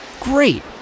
Great